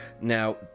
Now